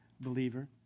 believer